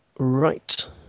Right